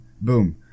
boom